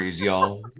y'all